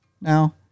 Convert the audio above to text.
now